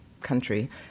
country